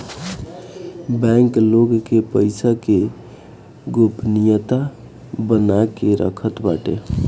bank लोग के पईसा के गोपनीयता बना के रखत बाटे